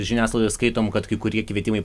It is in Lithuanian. žiniasklaidoj skaitom kad kai kurie kvietimai